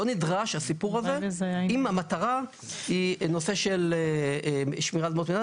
הסיפור הזה לא נדרש אם המטרה היא הנושא של שמירת אדמות מדינה,